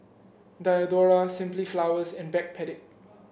Diadora Simply Flowers and Backpedic